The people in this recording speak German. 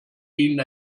ihnen